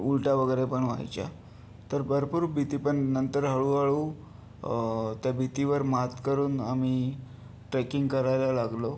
उलट्या वगैरे पण व्हायच्या तर भरपूर भीती पण नंतर हळूहळू त्या भीतीवर मात करून आम्ही ट्रेकिंग करायला लागलो